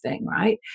right